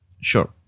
Sure